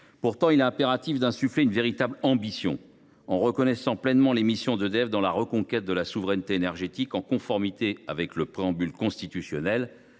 l’inverse, il est impératif d’insuffler une véritable ambition en reconnaissant pleinement les missions d’EDF dans la reconquête de la souveraineté énergétique, conformément au préambule de la Constitution